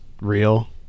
real